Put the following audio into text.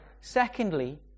Secondly